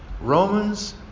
Romans